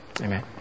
amen